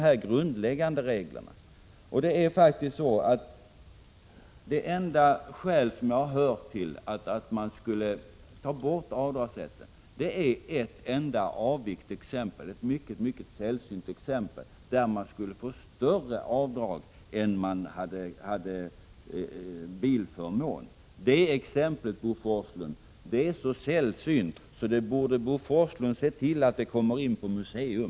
Det enda skäl till borttagandet av avdragsrätten som jag har hört talas om är baserat på ett enstaka och mycket sällsynt exempel, där en tjänstebilsinnehavare skulle få ett avdrag som var större än själva bilförmånen. Men det exemplet är så sällsynt att Bo Forslund borde se till att det kom på museum.